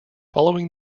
following